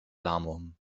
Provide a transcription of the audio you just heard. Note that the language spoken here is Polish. lamą